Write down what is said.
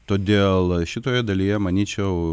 todėl šitoje dalyje manyčiau